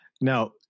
Now